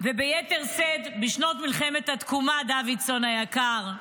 וביתר שאת בשנות מלחמת התקומה, דוידסון היקר,